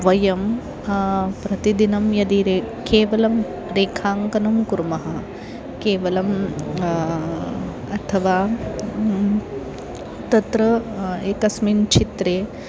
वयं प्रतिदिनं यदि रे केवलं रेखाङ्कनं कुर्मः केवलम् अथवा तत्र एकस्मिन् चित्रे